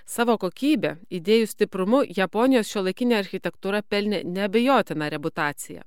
savo kokybe idėjų stiprumu japonijos šiuolaikinė architektūra pelnė neabejotiną reputaciją